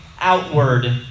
outward